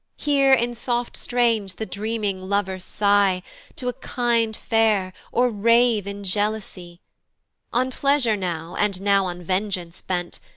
hear in soft strains the dreaming lover sigh to a kind fair, or rave in jealousy on pleasure now, and now on vengeance bent,